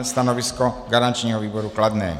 Stanovisko garančního výboru kladné.